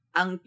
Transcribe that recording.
ang